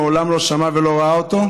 מעולם לא שמע ולא ראה אותו,